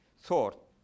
thought